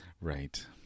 right